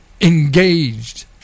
engaged